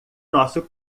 nosso